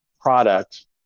product